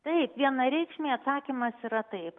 taip vienareikšmiai atsakymas yra taip